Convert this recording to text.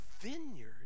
vineyard